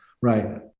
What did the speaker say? right